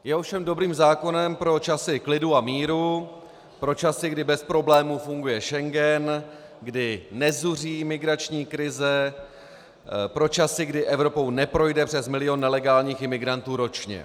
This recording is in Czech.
Je ovšem dobrým zákonem pro časy klidu a míru, pro časy, kdy bez problémů funguje Schengen, kdy nezuří migrační krize, pro časy, kdy Evropou neprojde přes milion nelegálních imigrantů ročně.